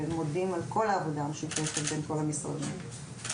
ומודים על העבודה המשותפת בין כל המשרדים.